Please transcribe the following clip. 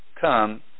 come